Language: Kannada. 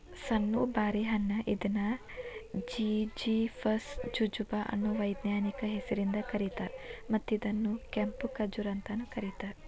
ಸಣ್ಣು ಬಾರಿ ಹಣ್ಣ ಇದನ್ನು ಜಿಝಿಫಸ್ ಜುಜುಬಾ ಅನ್ನೋ ವೈಜ್ಞಾನಿಕ ಹೆಸರಿಂದ ಕರೇತಾರ, ಮತ್ತ ಇದನ್ನ ಕೆಂಪು ಖಜೂರ್ ಅಂತಾನೂ ಕರೇತಾರ